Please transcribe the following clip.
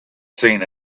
seen